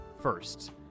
first